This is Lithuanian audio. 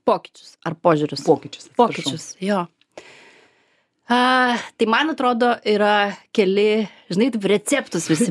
pokyčius ar požiūrius pokyčius jo tai man atrodo yra keli žinai receptus visi